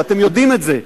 ואתם יודעים את זה.